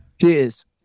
Cheers